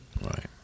Right